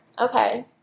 Okay